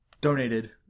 donated